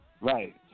Right